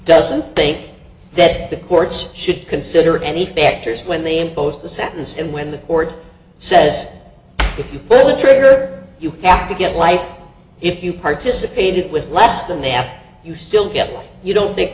doesn't think that the courts should consider any factors when they impose the sentence and when the lord says if you will a trigger you have to get life if you participated with less than they have you still get you don't think